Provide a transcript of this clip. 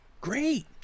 great